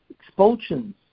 expulsions